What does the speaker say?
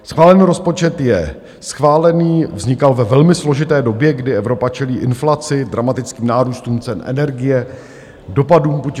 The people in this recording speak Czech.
Schválený rozpočet je schválený, vznikal ve velmi složité době, kdy Evropa čelí inflaci, dramatickým nárůstům cen energie, dopadům Putinovy agrese.